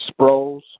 Sproles